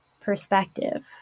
perspective